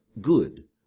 good